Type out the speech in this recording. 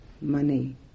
money